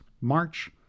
March